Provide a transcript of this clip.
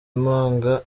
impanga